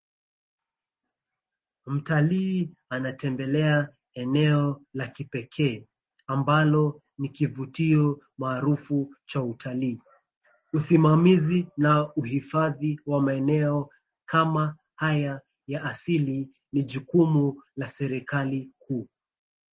Mtalii anatembelea eneo la kipekee, ambalo ni kivutio maarufu cha utalii. Usimamizi na uhifadhi wa maeneo kama haya ya asili ni jukumu la serikali kuu.